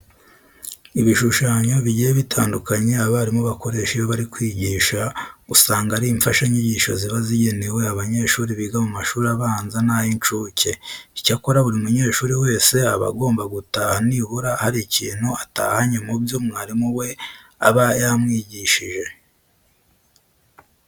Ibishushanyo bigiye bitandukanye abarimu bakoresha iyo bari kwigisha, usanga ari imfashanyigisho ziba zigenewe abanyeshuri biga mu mashuri abanza n'ay'incuke. Icyakora buri munyeshuri wese aba agomba gutaha nibura hari ikintu atahanye mu byo mwarimu we aba yamwigishije.